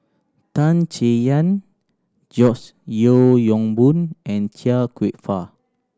Tan Chay Yan George Yeo Yong Boon and Chia Kwek Fah